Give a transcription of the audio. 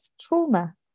trauma